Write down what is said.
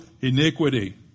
iniquity